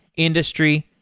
industry,